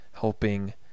helping